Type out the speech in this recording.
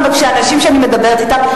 ואנשים שאני מדברת אתם,